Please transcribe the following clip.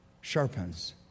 sharpens